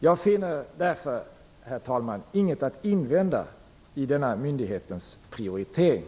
Jag finner därför, herr talman, inget att invända i denna myndighetens prioritering.